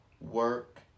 work